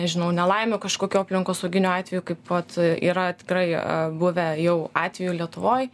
nežinau nelaimių kažkokių aplinkosauginių atveju kaip vat yra tikrai buvę jau atvejų lietuvoj